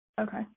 Okay